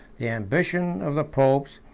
the ambition of the popes,